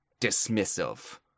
dismissive